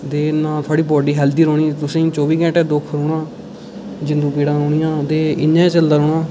ना तुं'दी body healthy रौह्नी तुसें गी चौह्बी घैंटे दुख रौह्ना जिंदू पीड़ां रौह्निया ते इ'यां गै चलदा रौह्ना